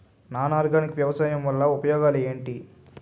Non organic వ్యవసాయం వల్ల ఉపయోగాలు ఏంటీ?